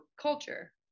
culture